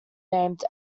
named